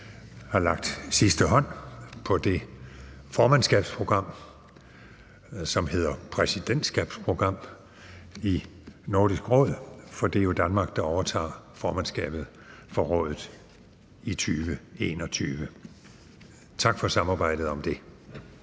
har lagt sidste hånd på det formandskabsprogram, som hedder præsidentskabsprogram i Nordisk Råd, for det er jo Danmark, der overtager formandskabet for rådet i 2021. Tak for samarbejdet om det.